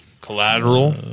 Collateral